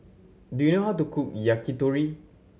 do you know how to cook Yakitori